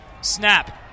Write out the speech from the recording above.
snap